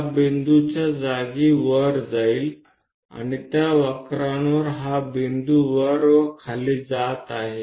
આ બિંદુનું સ્થળ સમય સાથે અને વક્ર સાથે ઉપર જાય છે અને આ બિંદુ ઉપર અને નીચે જાય છે